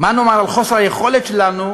מה נאמר על חוסר היכולת שלנו